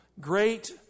great